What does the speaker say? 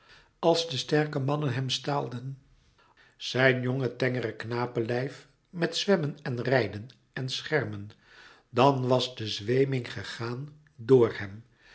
als de sterke mannen hem staalden zijn jonge tengere knapenlijf met zwemmen en rijden en schermen dan was de zweeming gegaan door hem